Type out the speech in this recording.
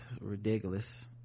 ridiculous